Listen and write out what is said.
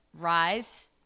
rise